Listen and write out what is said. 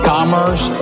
Commerce